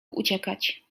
uciekać